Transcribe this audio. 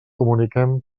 comuniquem